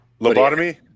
Lobotomy